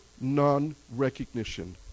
non-recognition